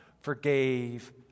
forgave